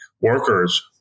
workers